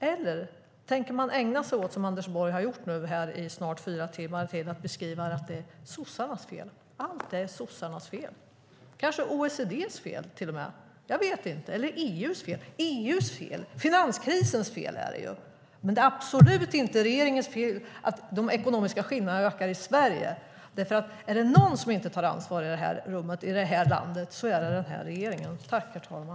Eller tänker man ägna sig åt, som Anders Borg nu har gjort här i snart fyra timmar, att beskriva det som att det är sossarnas fel, att allt är sossarnas fel? Det kanske till och med är OECD:s fel. Jag vet inte. Det kanske är EU:s fel. Finanskrisens fel är det ju! Men enligt Anders Borg är det absolut inte regeringens fel att de ekonomiska skillnaderna ökar i Sverige. Är det någon som inte tar ansvar i detta rum i detta land är det den här regeringen.